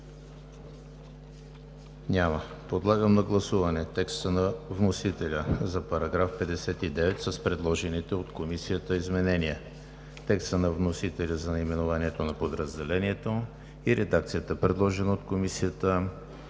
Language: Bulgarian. Няма. Подлагам на гласуване текста на вносителя за § 59 с предложените от Комисията изменения, текста на вносителя за наименованието на подразделението и редакцията, предложена от Комисията за § 60.